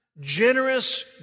generous